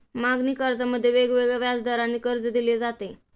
मागणी कर्जामध्ये वेगवेगळ्या व्याजदराने कर्ज दिले जाते